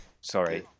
Sorry